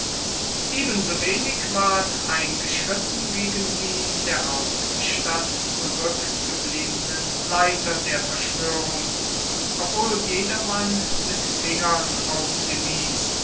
ebensowenig ward eingeschritten gegen die in der hauptstadt zurückgebliebenen leiter der verschwörung obwohl jedermann mit fingern auf sie